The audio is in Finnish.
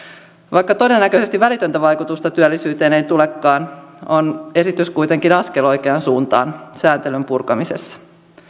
vaikka todennäköisesti välitöntä vaikutusta työllisyyteen ei tulekaan on esitys kuitenkin askel oikeaan suuntaan sääntelyn purkamisessa